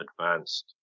advanced